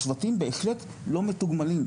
הצוותים בהחלט לא מתוגמלים.